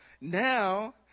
Now